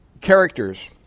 characters